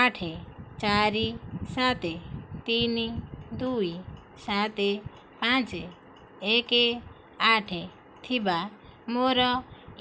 ଆଠ ଚାରି ସାତ ତିନି ଦୁଇ ସାତ ପାଞ୍ଚ ଏକ ଆଠ ଥିବା ମୋର